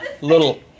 Little